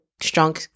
strong